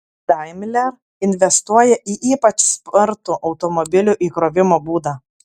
daimler investuoja į ypač spartų elektromobilių įkrovimo būdą